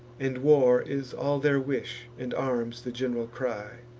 and war is all their wish, and arms the gen'ral cry.